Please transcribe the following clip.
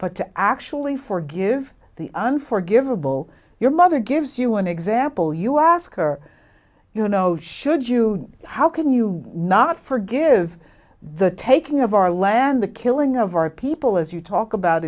but to actually forgive the unforgivable your mother gives you an example you ask her you know should you how can you not forgive the taking of our land the killing of our people as you talk about